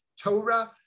Torah